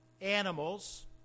animals